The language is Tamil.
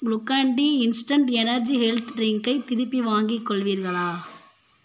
Glucon D instant energy health ட்ரிங்க்கை திருப்பி வாங்கி கொள்வீர்களா